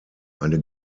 eine